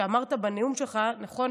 שאמרת בנאום שלך, נכון?